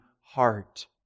heart